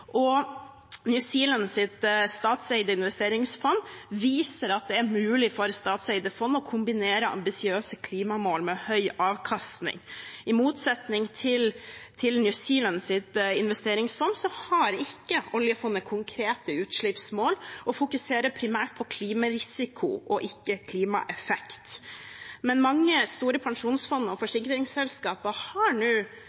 og New Zealands statseide investeringsfond viser at det er mulig for statseide fond å kombinere ambisiøse klimamål med høy avkastning. I motsetning til New Zealands investeringsfond har ikke oljefondet konkrete utslippsmål, og det fokuserer primært på klimarisiko, ikke klimaeffekt. Men mange store pensjonsfond og